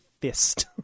fist